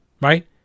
right